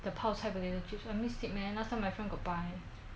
the 泡菜 potato chips I miss it man last time my friend got buy